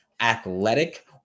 athletic